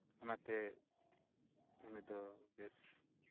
ᱚᱱᱟᱛᱮ ᱩᱱᱤᱫᱚ ᱵᱮᱥ